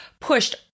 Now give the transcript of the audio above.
pushed